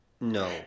no